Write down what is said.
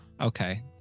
okay